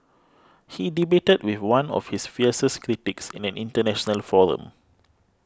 he debated with one of his fiercest critics in an international forum